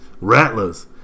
Rattlers